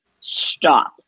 stop